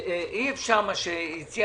מה שהציע